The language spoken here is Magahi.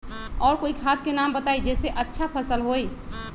और कोइ खाद के नाम बताई जेसे अच्छा फसल होई?